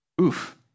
Oof